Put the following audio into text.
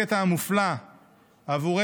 הקטע המופלא בעבורנו,